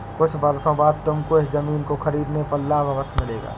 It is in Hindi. कुछ वर्षों बाद तुमको इस ज़मीन को खरीदने पर लाभ अवश्य मिलेगा